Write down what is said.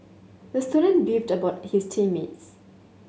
the student beefed about his team mates